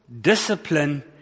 discipline